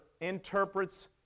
interprets